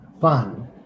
fun